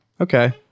Okay